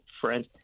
friends